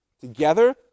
together